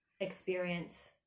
experience